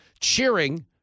cheering